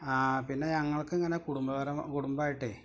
പിന്നെ ഞങ്ങൾക്ക് ഇങ്ങനെ കുടുംബപരം കുടുംബമായിട്ട്